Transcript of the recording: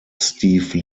steve